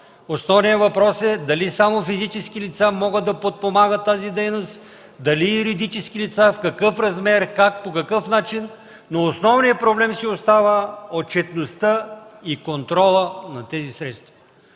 Основният въпрос е дали само физически лица могат да подпомагат тази дейност, дали юридически лица, в какъв размер, как, по какъв начин, но основният проблем си остава отчетността и контролът на тези средства.